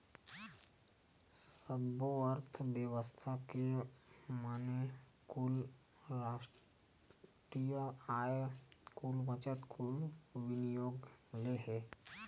सब्बो अर्थबेवस्था के माने कुल रास्टीय आय, कुल बचत, कुल विनियोग ले हे